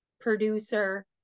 producer